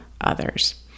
others